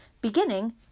Beginning